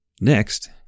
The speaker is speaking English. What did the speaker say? Next